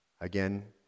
Again